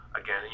Again